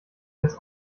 des